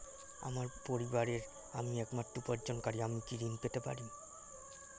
আমার পরিবারের আমি একমাত্র উপার্জনকারী আমি কি ঋণ পেতে পারি?